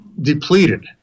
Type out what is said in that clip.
depleted